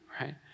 right